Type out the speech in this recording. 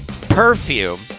perfume